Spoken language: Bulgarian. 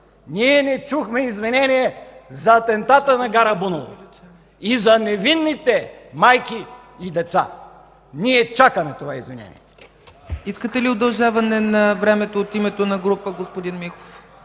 Ние не чухме извинение за атентата на гара Буново и за невинните майки и деца! Ние чакаме това извинение!